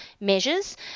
measures